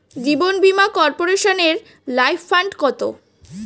জীবন বীমা কর্পোরেশনের life fund কত?